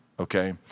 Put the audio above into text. okay